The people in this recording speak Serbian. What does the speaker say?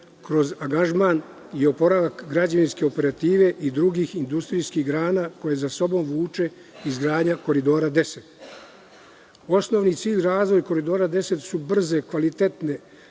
kroz angažman i oporavak građevinske operative i drugih industrijskih grana koje za sobom vuče izgradnja Koridora 10.Osnovni cilj razvoja Koridora 10 su brze i kvalitetne